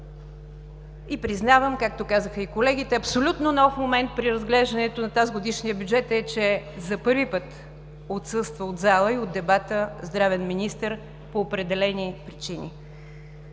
Признавам, както казаха и колегите, абсолютно нов момент при разглеждането на тазгодишния бюджет е, че за първи път отсъства от залата и от дебата здравен министър по определени причини.